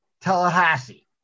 tallahassee